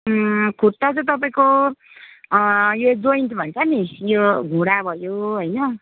खुट्टा चाहिँ तपाईँको यो जोइन्ट भन्छ नि यो घुँडा भयो होइन